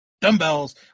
dumbbells